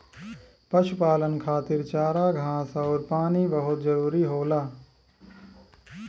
पशुपालन खातिर चारा घास आउर पानी बहुत जरूरी होला